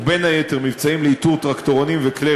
ובין היתר מבצעים לאיתור טרקטורונים וכלי